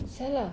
!siala!